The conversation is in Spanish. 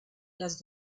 las